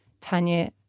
Tanya